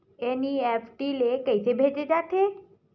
NEFT ले कइसे भेजे जाथे?